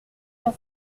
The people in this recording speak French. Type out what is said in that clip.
d’un